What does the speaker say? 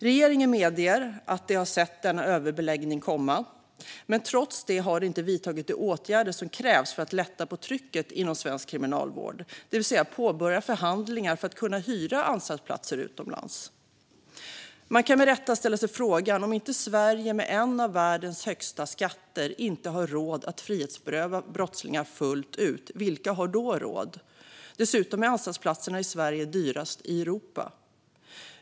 Regeringen medger att de har sett denna överbeläggning komma. Men trots det har de inte vidtagit de åtgärder som krävs för att lätta på trycket inom svensk kriminalvård, det vill säga påbörja förhandlingar för att kunna hyra anstaltsplatser utomlands. Man kan med rätta fråga sig: Om inte Sverige, som har en av världens högsta skatter, har råd att frihetsberöva brottslingar fullt ut, vilka har då råd? Dessutom är anstaltsplatserna i Sverige dyrast i Europa.